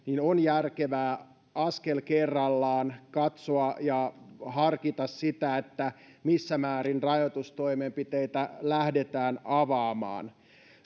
on järkevää askel kerrallaan katsoa ja harkita sitä missä määrin rajoitustoimenpiteitä lähdetään avaamaan